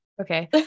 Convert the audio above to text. Okay